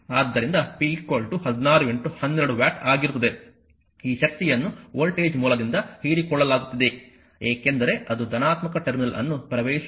ಆದ್ದರಿಂದ p 16 12 watt ಆಗಿರುತ್ತದೆ ಈ ಶಕ್ತಿಯನ್ನು ವೋಲ್ಟೇಜ್ ಮೂಲದಿಂದ ಹೀರಿಕೊಳ್ಳಲಾಗುತ್ತಿದೆ ಏಕೆಂದರೆ ಅದು ಧನಾತ್ಮಕ ಟರ್ಮಿನಲ್ ಅನ್ನು ಪ್ರವೇಶಿಸುತ್ತಿದೆ